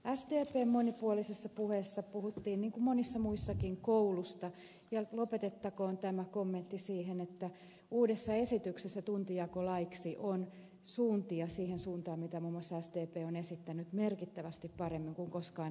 sdpn monipuolisessa puheessa puhuttiin niin kuin monissa muissakin koulusta ja lopetettakoon tämä kommentti siihen että uudes sa esityksessä tuntijakolaiksi on suuntia siihen suuntaan mitä muun muassa sdp on esittänyt merkittävästi paremmin kuin koskaan aikaisemmin